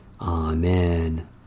Amen